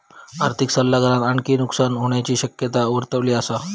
आर्थिक सल्लागारान आणखी नुकसान होण्याची शक्यता वर्तवली असा